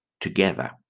together